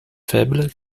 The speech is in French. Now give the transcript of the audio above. faible